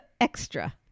Extra